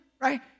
right